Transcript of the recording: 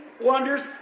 wonders